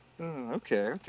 okay